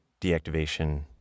deactivation